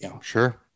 Sure